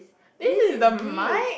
this is the mic